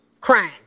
Crying